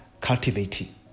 cultivating